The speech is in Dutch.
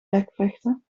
bekvechten